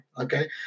okay